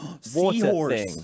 Seahorse